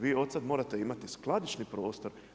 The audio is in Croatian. Vi od sad morate imati skladišni prostor.